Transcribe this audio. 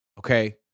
Okay